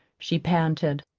she panted.